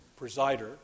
presider